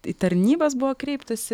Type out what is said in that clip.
į tarnybas buvo kreiptasi